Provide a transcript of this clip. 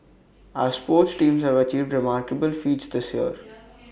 our sports teams have achieved remarkable feats this year